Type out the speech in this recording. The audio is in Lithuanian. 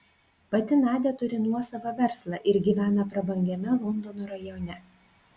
pati nadia turi nuosavą verslą ir gyvena prabangiame londono rajone